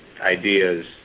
Ideas